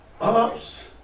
ups